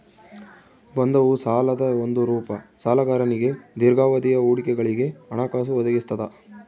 ಬಂಧವು ಸಾಲದ ಒಂದು ರೂಪ ಸಾಲಗಾರನಿಗೆ ದೀರ್ಘಾವಧಿಯ ಹೂಡಿಕೆಗಳಿಗೆ ಹಣಕಾಸು ಒದಗಿಸ್ತದ